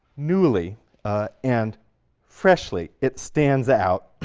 newly and freshly. it stands out.